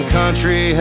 country